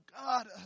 God